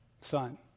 son